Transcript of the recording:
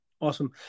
Awesome